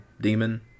demon